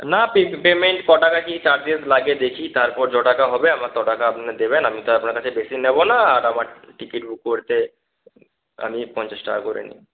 না পেমেন্ট ক টাকা কী চার্জেস লাগে দেখি তারপর যত টাকা হবে আমার তত টাকা আপনি দেবেন আমি তো আপনার কাছে বেশি নেব না আর আমার টিকিট বুক করতে আমি পঞ্চাশ টাকা করে নিই